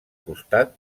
costat